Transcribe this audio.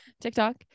TikTok